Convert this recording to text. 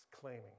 claiming